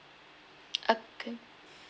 okay